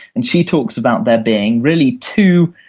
and she talks about there being really two